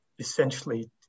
essentially